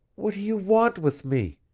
what do you want with me?